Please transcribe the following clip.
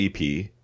EP